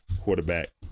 quarterback